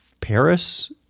Paris